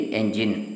engine